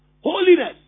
Holiness